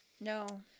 No